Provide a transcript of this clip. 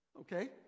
Okay